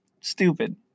stupid